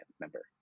member